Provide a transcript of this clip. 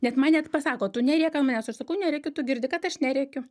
net man net pasako tu nerėk ant manęs aš sakau nerėkiu tu girdi kad aš nerėkiu